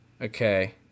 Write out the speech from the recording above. okay